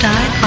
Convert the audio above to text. Die